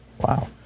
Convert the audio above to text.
Wow